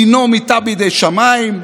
דינו מיתה בידי שמיים.